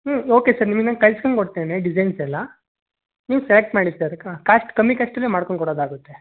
okay sir ನಿಮಗೆ ನಾನು ಕಳ್ಸ್ಕೊಂಡು ಕೊಡ್ತೇನೆ ಡಿಸೈನ್ಸೆಲ್ಲ ನೀವು ಸೆಲೆಕ್ಟ್ ಮಾಡಿ ಸರ್ ಕಾ ಕಾಸ್ಟ್ ಕಮ್ಮಿ ಕಾಸ್ಟಲ್ಲೇ ಮಾಡಿಕೊಂಡು ಕೊಡೋದಾಗತ್ತೆ